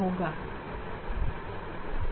अब मैं एंगल को बढ़ा कर देखूँगा